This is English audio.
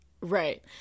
right